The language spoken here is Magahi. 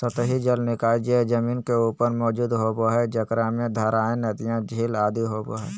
सतही जल निकाय जे जमीन के ऊपर मौजूद होबो हइ, जेकरा में धाराएँ, नदियाँ, झील आदि होबो हइ